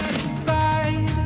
inside